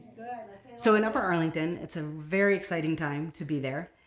so in upper arlington it's a very exciting time to be there,